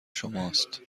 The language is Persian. شماست